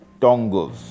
dongles